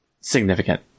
significant